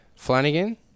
Flanagan